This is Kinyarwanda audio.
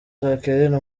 jacqueline